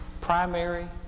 primary